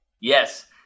Yes